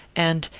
and,